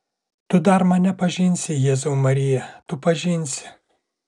tu dar mane pažinsi jėzau marija tu pažinsi